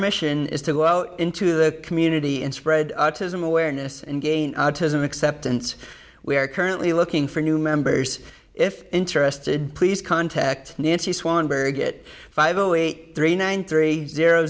mission is to go out into the community and spread autism awareness and gain acceptance we are currently looking for new members if interested please contact nancy swanberg it five zero eight three nine three zero